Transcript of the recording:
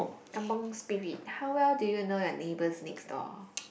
Kampung Spirit how well do you know your neighbours next door